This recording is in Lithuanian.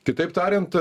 kitaip tariant